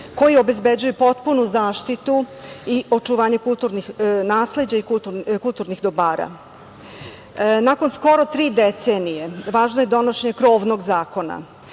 koji obezbeđuje potpunu zaštitu i očuvanje kulturnih nasleđa i kulturnih dobara. Nakon skoro tri decenije važno je donošenje krovnog zakona